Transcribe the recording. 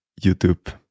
YouTube